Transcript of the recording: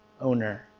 owner